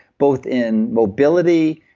both in mobility,